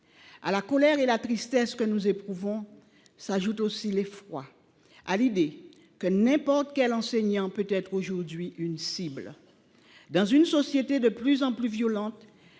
À la colère et à la tristesse que nous éprouvons s’ajoute aussi l’effroi à l’idée que n’importe quel enseignant peut être aujourd’hui une cible. Dans une société de plus en plus violente,